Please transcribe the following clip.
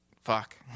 Fuck